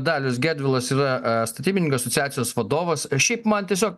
dalius gedvilas yra statybininkų asociacijos vadovas šiaip man tiesiog